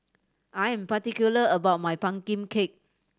I am particular about my pumpkin cake